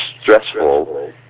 stressful